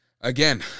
again